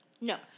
No